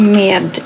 med